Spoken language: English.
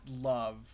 love